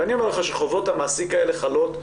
ואני אומר לך שחובות המעסיק האלה חלות,